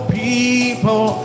people